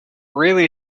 really